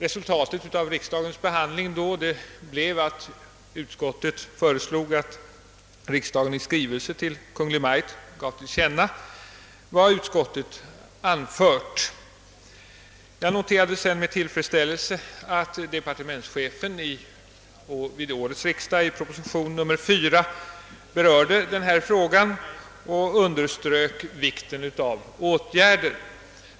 Resultatet av riksdagsbehandlingen blev att riksdagen, såsom utskottet hade föreslagit, i skrivelse till Jag noterade med tillfredsställelse att departementschefen i proposition nr 4 till årets riksdag berörde denna fråga och underströk vikten av åtgärder.